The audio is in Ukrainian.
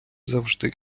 завжди